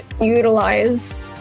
utilize